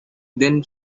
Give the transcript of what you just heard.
then